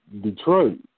Detroit